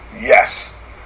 Yes